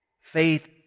Faith